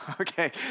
Okay